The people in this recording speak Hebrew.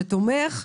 שתומך בזה.